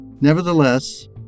Nevertheless